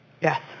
Yes